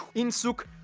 insuk